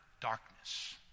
darkness